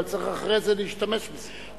אבל צריך אחרי זה להשתמש בזה.